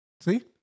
See